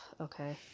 Okay